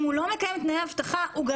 אם הוא לא מקיים את תנאי האבטחה --- גם